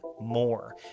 more